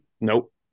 Nope